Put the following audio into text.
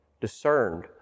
discerned